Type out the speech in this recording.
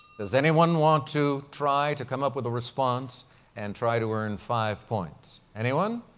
does anyone want to try to come up with a response and try to earn five points? anyone?